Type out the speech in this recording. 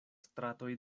stratoj